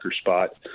spot